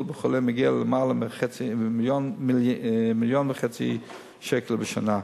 בחולה בהן מגיעה ללמעלה מ-1.5 מיליון שקל בשנה.